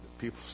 people